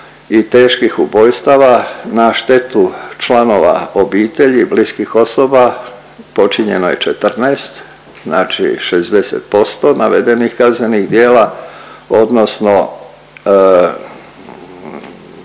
i teških ubojstava na štetu članova obitelji i bliskih osoba počinjeno je 14, znači 60% navedenih kaznenih djela odnosno